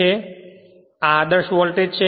અને આદર્શ વોલ્ટેજ છે